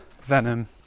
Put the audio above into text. Venom